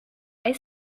est